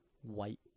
white